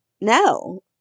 No